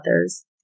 others